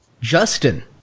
Justin